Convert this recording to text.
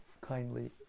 kindly